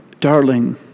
Darling